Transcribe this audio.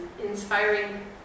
inspiring